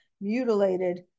mutilated